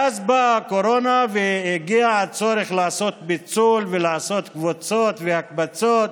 ואז באה הקורונה והגיע הצורך לעשות פיצול ולעשות קבוצות והקבצות.